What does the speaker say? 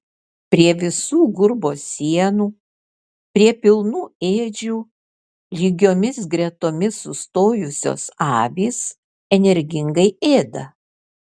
prie visų gurbo sienų prie pilnų ėdžių lygiomis gretomis sustojusios avys energingai ėda